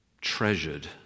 treasured